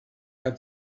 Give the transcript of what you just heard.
had